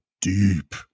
deep